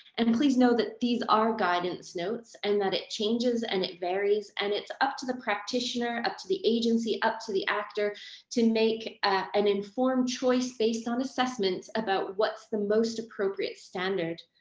and please know that these are guidance notes and that it changes and it varies and it's up to the practitioner, up to the agency, up to the actor to make an informed choice based on assessments about what's the most appropriate standard.